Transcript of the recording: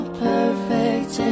perfect